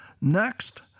Next